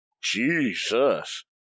Jesus